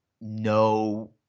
no